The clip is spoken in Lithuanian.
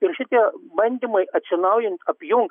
ir šitie bandymai atsinaujint apjungt